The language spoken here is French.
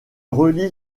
relie